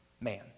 man